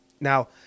Now